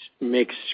makes